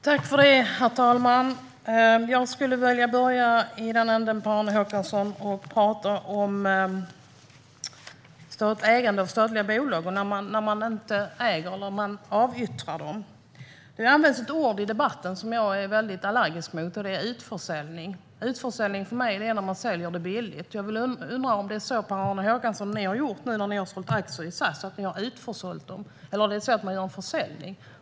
Herr talman! Jag skulle vilja börja i den ände som Per-Arne Håkansson tog upp om ägande av statliga bolag och när man inte äger dem utan avyttrar dem. Det används ett ord i debatten som jag är allergisk mot: utförsäljning. Utförsäljning är för mig när man säljer någonting billigt. Jag undrar om det är så ni har gjort, Per-Arne Håkansson, nu när ni har sålt aktier i SAS. Gör ni en utförsäljning av dem, eller gör ni en försäljning?